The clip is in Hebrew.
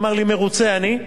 אמר לי: מרוצה אני,